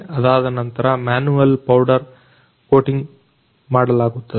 ಅದಾದ ನಂತರ manual powder coating ಮಾಡಲಾಗುತ್ತದೆ